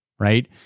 right